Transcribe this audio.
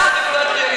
למרות שאת הפרעת לי,